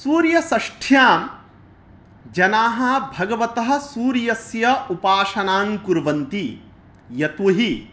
सूर्यषष्ठ्यां जनाः भगवतः सूर्यस्य उपासनां कुर्वन्ति यतोऽहि